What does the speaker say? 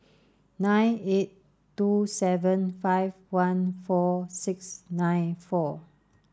nine eight two seven five one four six nine four